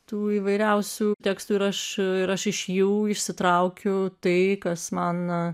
tų įvairiausių tekstų ir aš ir aš iš jų išsitraukiu tai kas man